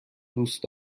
دوست